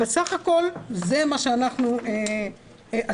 בסך הכול זה מה שאנחנו עשינו.